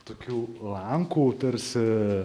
tokiu lanku tarsi